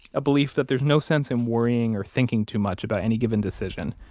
a belief that there's no sense in worrying or thinking too much about any given decision,